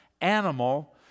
animal